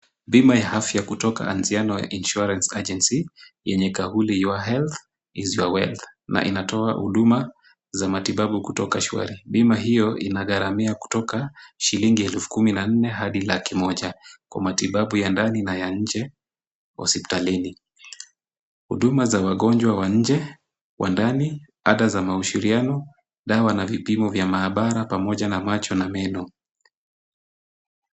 Bima ya afya kutoka Anziano Insurance Agency, yenye kauli Your Health is Your Wealth , na inatoa huduma za matibabu kutoka shwari. Bima hiyo inagharamia kutoka shilingi elfu kumi na nne hadi laki moja, kwa matibabu ya ndani na ya nje, hospitali. Huduma za wagonjwa wa nje wa ndani ata za mahushuriano dawa na vipimo vya maabara pamoja na macho na meno.